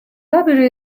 library